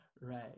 right